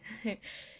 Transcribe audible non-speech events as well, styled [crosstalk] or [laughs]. [laughs]